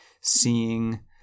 seeing